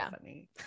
funny